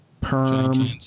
perm